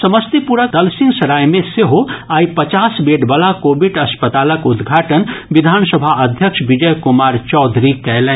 समस्तीपुर जिलाक दलसिंह सराय मे सेहो आइ पचास बेडवला कोविड अस्पतालक उद्घाटन विधानसभा अध्यक्ष विजय कुमार चौधरी कयलनि